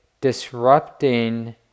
disrupting